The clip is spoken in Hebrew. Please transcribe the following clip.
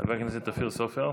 חבר הכנסת אופיר סופר.